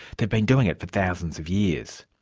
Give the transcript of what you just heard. they've been doing it for thousands of years.